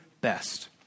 best